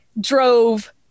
drove